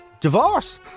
Divorce